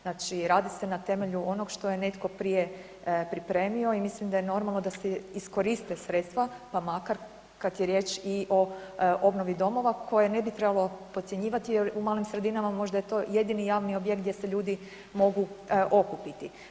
Znači, radi se na temelju onog što je netko prije pripremio i mislim da je normalno da se iskoriste sredstva pa makar kad je riječ i o obnovi domova koje ne bi trebalo podcjenjivati jer u malim sredinama možda je to jedini javni objekt gdje se ljudi mogu okupiti.